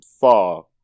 far